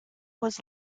was